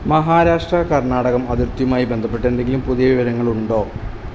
മഹാരാഷ്ട്ര കർണാടകം അതിർത്തിയുമായി ബന്ധപ്പെട്ട് എന്തെങ്കിലും പുതിയ വിവരങ്ങളുണ്ടോ